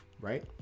right